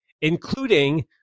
including